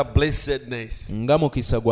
blessedness